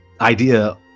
idea